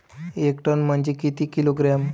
एक टन म्हनजे किती किलोग्रॅम?